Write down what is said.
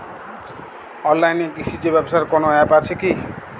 অনলাইনে কৃষিজ ব্যবসার কোন আ্যপ আছে কি?